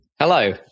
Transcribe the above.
hello